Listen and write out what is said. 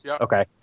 Okay